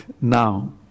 now